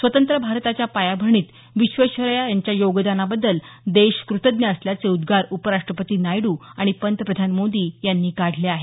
स्वतंत्र भारताच्या पायाभरणीत विश्वेश्वरैया यांच्या योगदानाबद्दल देश कृतज्ञ असल्याचे उद्गार उपराष्ट्रपती नायडू आणि पंतप्रधान मोदी यांनी काढले आहे